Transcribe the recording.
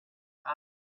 eyes